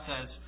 says